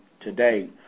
today